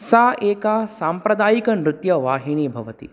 सा एका साम्प्रदायिकनृत्यवाहिनी भवति